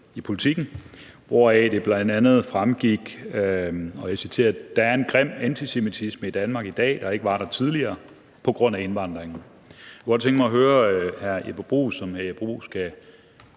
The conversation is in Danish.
i Politiken, hvoraf det bl.a. fremgik: »Der er en grim antisemitisme i Danmark i dag, der ikke var der tidligere. På grund af indvandringen.« Jeg kunne godt tænke mig at høre, om hr. Jeppe Bruus kan